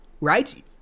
right